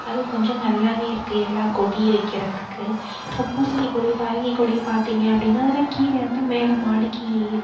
அது கொஞ்சம் நல்லாவே இருக்குது எல்லாம் கொடி வைக்கிறத்துக்கு இப்போ பூசணி கொடி பரங்கி கொடி பார்த்தீங்க அப்படின்னா அதெல்லாம் கீழே இருந்து மேலே மாடிக்கு